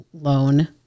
loan